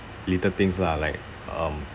little things lah like um